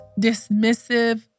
dismissive